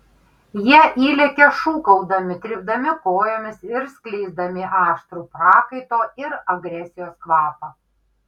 jie įlekia šūkaudami trypdami kojomis ir skleisdami aštrų prakaito ir agresijos kvapą